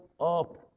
up